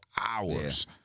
hours